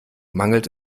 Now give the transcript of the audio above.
mangelt